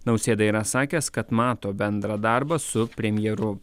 nausėda yra sakęs kad mato bendrą darbą su premjeru